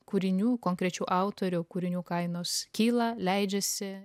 kūrinių konkrečių autorių kūrinių kainos kyla leidžiasi